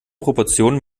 proportionen